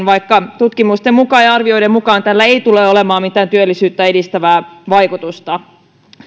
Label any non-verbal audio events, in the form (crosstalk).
(unintelligible) vaikka tutkimusten mukaan ja arvioiden mukaan tällä ei tule olemaan mitään työllisyyttä edistävää vaikutusta